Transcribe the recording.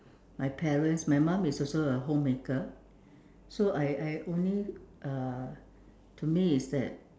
my parents my mom is also a homemaker so I I only uh to me is that